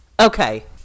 Okay